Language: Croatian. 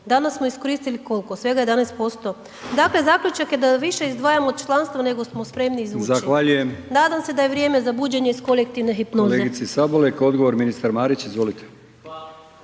Danas smo iskoristili koliko, svega 11%. Dakle, zaključak je da više izdvajamo u članstvo nego smo spremni izvući …/Upadica: Zahvaljujem./… nadam se da je vrijeme za buđenje iz kolektivne hipnoze. **Brkić, Milijan (HDZ)** Zahvaljujem kolegici